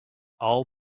all